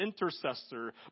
Intercessor